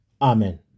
amen